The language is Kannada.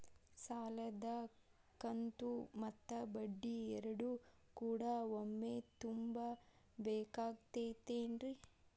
ಸಾಲದ ಕಂತು ಮತ್ತ ಬಡ್ಡಿ ಎರಡು ಕೂಡ ಒಮ್ಮೆ ತುಂಬ ಬೇಕಾಗ್ ತೈತೇನ್ರಿ?